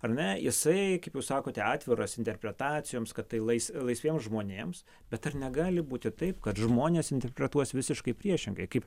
ar ne jisai kaip jūs sakote atviras interpretacijoms kad tai lais laisviems žmonėms bet ar negali būti taip kad žmonės interpretuos visiškai priešingai kaip